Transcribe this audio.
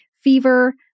fever